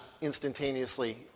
instantaneously